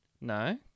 No